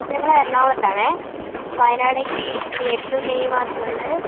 ഞങ്ങള് എറണാകുളത്താണെ വയനാടേക്ക് ഒരു ഏപ്രിൽ മെയ് മാസങ്ങളില്